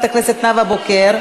נתקן, דקה.